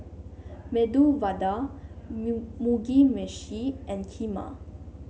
Medu Vada Mugi Meshi and Kheema